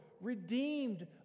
redeemed